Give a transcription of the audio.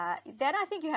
uh then I think you have